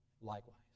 likewise